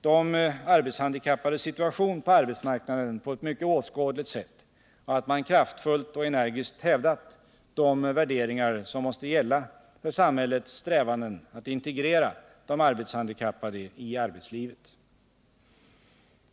de arbetshandikappades situation på arbetsmarknaden på ett mycket åskådligt sätt och att man kraftfullt och energiskt hävdat de värderingar som måste gälla för samhällets strävanden att integrera de arbetshandikappade i arbetslivet.